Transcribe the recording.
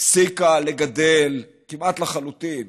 והפסיקה לגדל כמעט לחלוטין